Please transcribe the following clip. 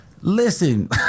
Listen